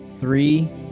three